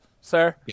sir